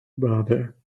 brother